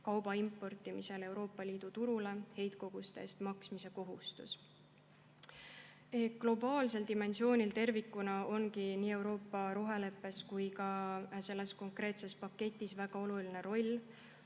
kauba importimisel Euroopa Liidu turule heitkoguste eest maksmise kohustus. Globaalsel dimensioonil tervikuna on nii Euroopa roheleppes kui ka selles konkreetses paketis väga oluline roll.